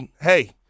hey